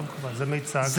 זה לא מקובל.